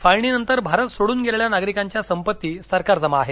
फाळणीनंतर भारत सोडून गेलेल्या नागरिकांच्या संपत्ती सरकारजमा आहेत